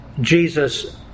Jesus